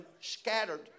scattered